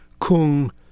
Kung